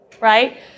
right